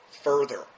further